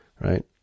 right